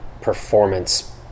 performance